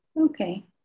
Okay